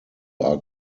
are